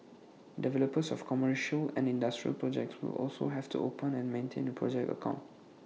developers of commercial and industrial projects will also have to open and maintain A project account